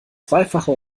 zweifache